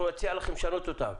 אנחנו נציע לכם לשנות אותן.